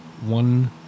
one